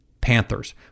Panthers